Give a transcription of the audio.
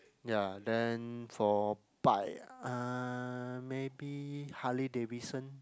ya then for bike ah maybe Harley Davidson